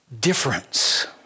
difference